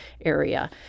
area